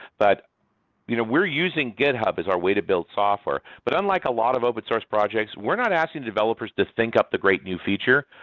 but you know we're using github as our way to build software. but unlike a lot of open-source projects, we're not asking the developers to think up the great new feature.